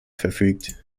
verfügt